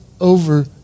over